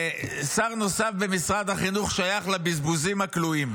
שר נוסף במשרד החינוך שייך לבזבוזים הכלואים.